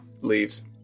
leaves